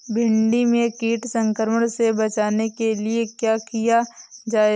भिंडी में कीट संक्रमण से बचाने के लिए क्या किया जाए?